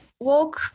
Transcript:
walk